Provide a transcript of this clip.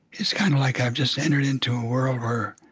it's kind of like i've just entered into a world where